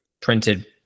printed